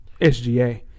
SGA